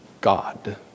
God